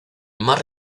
más